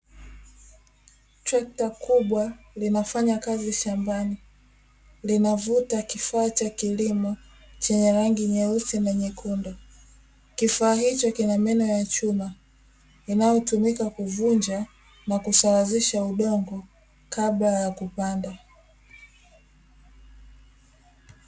Trekta kubwa linafanya kazi shambani linavuta kifaa cha kilimo chenye rangi nyeusi na nyekundu. Kifaa hicho kina meno ya chuma yanayotumika kuvunja na kusawazisha udongo kabla ya kupanda.